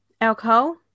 alcohol